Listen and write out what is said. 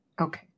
Okay